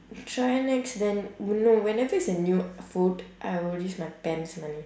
try next then no whenever it's a new food I will use my parents money